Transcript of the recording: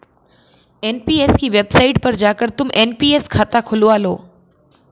NPS की website पर जाकर तुम एन.पी.एस खाता खुलवा लो